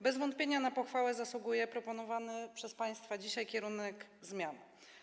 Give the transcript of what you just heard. Bez wątpienia na pochwałę zasługuje proponowany przez państwa dzisiaj kierunek zmian.